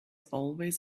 always